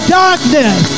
darkness